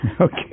Okay